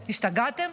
השתגעתם?